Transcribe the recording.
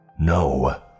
No